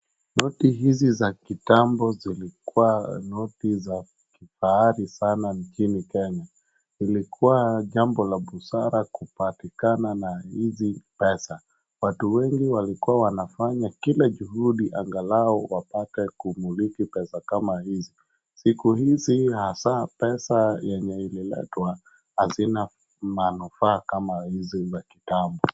Noti hizi za kitambo zilikuwa noti za kifahari sana nchini Kenya. Ilikuwa jambo la busara kupatikana na hizi pesa. Watu wengi walikuwa wanafanya kila juhudi angalau wapate kumiliki pesa kama hizi. Siku hizi hasa pesa yenye ililetwa hazina manufaa kama hizi za kitambo.